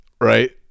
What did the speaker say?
right